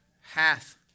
hath